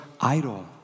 idol